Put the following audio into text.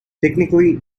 technically